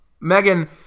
Megan